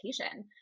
education